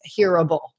hearable